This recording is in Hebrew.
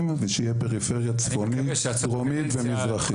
ושתהיה פריפריה צפונית דרומית ומזרחית.